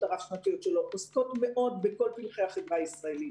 הרב-שנתיות שלהן עוסקות מאוד בכל פלחי החברה הישראלית,